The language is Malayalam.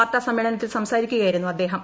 വാർത്താ സമ്മേളനത്തില സംസാരിക്കൂക്യായിരുന്നു അദ്ദേഹം